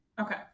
Okay